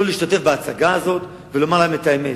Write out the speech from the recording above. לא להשתתף בהצגה הזאת, ולומר להם את האמת: